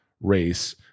race